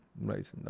right